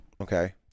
Okay